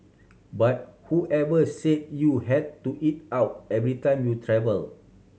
but whoever said you had to eat out every time you travel